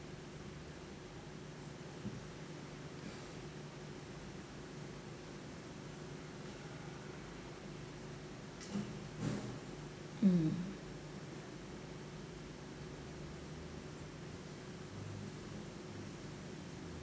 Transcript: mm